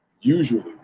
usually